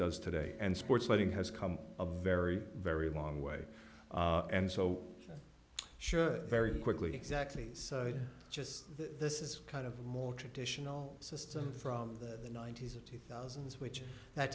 does today and sports lighting has come a very very long way and so sure very quickly exactly so it's just this is kind of a more traditional system from the ninety's of two thousand which that